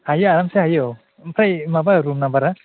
हायो आरामसे हायो औ ओमफाय माबा रुम नाम्बारा